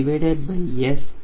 140